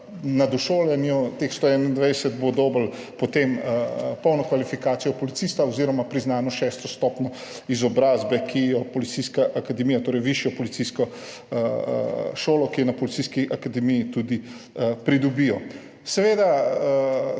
v policijo, teh 121 bo dobilo potem polno kvalifikacijo policista oziroma priznano šesto stopnjo izobrazbe, torej višjo policijsko šolo, ki je na Policijski akademiji tudi pridobijo. Seveda,